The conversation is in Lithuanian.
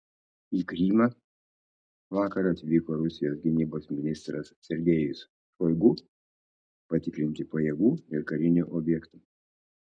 į krymą vakar atvyko rusijos gynybos ministras sergejus šoigu patikrinti pajėgų ir karinių objektų